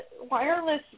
wireless